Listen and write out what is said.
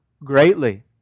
greatly